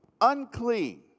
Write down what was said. unclean